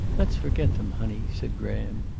let's forget them, honey, said graham,